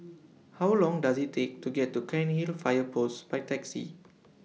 How Long Does IT Take to get to Cairnhill Fire Post By Taxi